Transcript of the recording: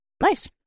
Nice